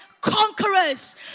conquerors